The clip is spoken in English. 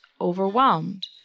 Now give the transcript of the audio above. overwhelmed